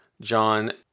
John